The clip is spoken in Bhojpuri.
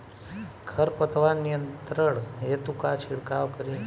खर पतवार नियंत्रण हेतु का छिड़काव करी?